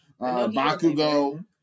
Bakugo